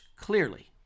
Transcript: clearly